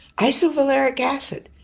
isovaleric acid,